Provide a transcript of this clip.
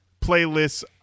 playlists